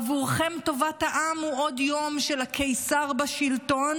עבורכם טובת העם היא עוד יום של הקיסר בשלטון,